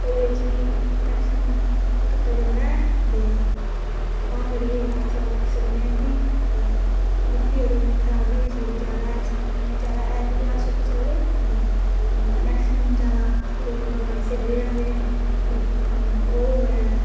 ओह्दे बिच बी मैक्सीमम ओह् कीता जंदा ऐ ते तां करियै अस आक्खी सकने आं कि मिट्टी ओह्दे कन्नै खराब बी होई सकदी जैदा हैल सु'ट्टने कन्नै जैदा हैल बी नी अस सु'ट्टी सकदे ते मैक्सीमम जैदा लोक गवां इस्सै करियै रखदे कि ओह् होऐ